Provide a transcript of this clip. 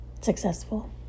successful